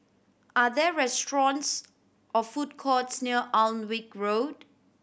are there restaurants or food courts near Alnwick Road